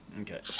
Okay